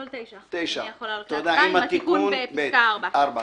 את כל סעיף 9 אדוני יכול להעלות להצבעה עם התיקון בפסקה (4).